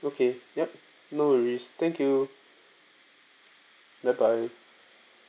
okay yup no worries thank you bye bye